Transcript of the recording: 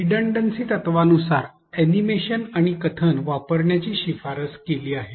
redundancy तत्त्वानुसार animation आणि कथन वापरण्याची शिफारस केली आहे